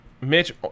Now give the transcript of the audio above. Mitch